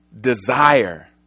desire